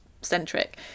centric